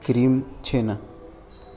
کریم چھینا